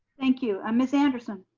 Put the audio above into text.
thank you, um miss anderson.